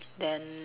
then